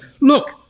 look